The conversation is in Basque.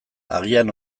agian